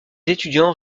étudiants